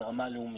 ברמה הלאומית.